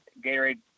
Gatorade